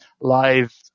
live